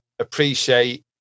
appreciate